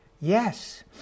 Yes